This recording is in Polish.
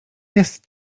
jest